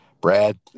Brad